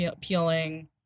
peeling